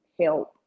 help